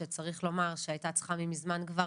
שצריך לומר שהייתה צריכה ממזמן כבר